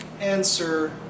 answer